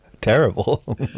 terrible